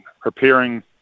preparing